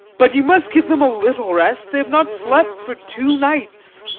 but you must give them a little rest. they have not slept for two nights.